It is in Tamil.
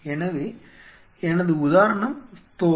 எனவே எனது உதாரணம் தோல்